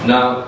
Now